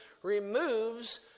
removes